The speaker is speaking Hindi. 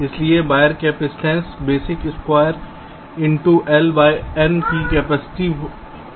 इसलिए wire capacitance basic square in two L by N की कैपेसिटेंस होगी